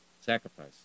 sacrifice